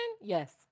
Yes